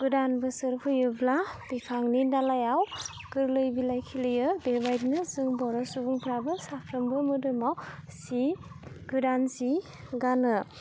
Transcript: गोदान बोसोर फैयोब्ला बिफांनि दालायाव गोरलै बिलाइ खिलियो बेबायदिनो जों बर' सुबुंफ्राबो साफ्रोमबो मोदोमाव सि गोदान जि गानो